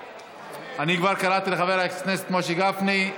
אני כבר קראתי לחבר הכנסת משה גפני,